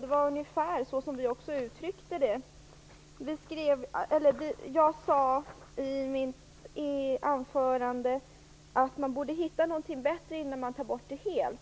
Det var ungefär så som vi uttryckte det. Jag sade i mitt anförande att man borde hitta någonting bättre innan man tar bort det helt.